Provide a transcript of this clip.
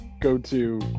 go-to